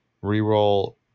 re-roll